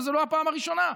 וזו לא הפעם הראשונה.